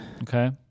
Okay